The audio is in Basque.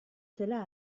zela